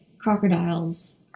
crocodiles